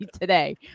today